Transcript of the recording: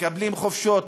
מקבלים חופשות,